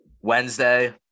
Wednesday